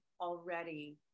already